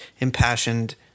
impassioned